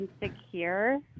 insecure